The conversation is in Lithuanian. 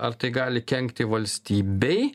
ar tai gali kenkti valstybei